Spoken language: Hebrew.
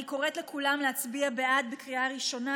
אני קוראת לכולם להצביע בעדה בקריאה ראשונה.